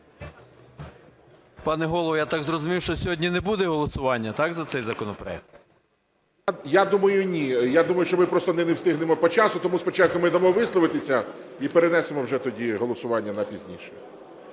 Пане Голово, я так зрозумів, що сьогодні не буде голосування, так, за цей законопроект? ГОЛОВУЮЧИЙ. Я думаю, ні. Я думаю, що ми просто не встигнемо по часу. Тому спочатку ми дамо висловитися, і перенесемо вже тоді голосування на пізніше.